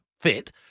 fit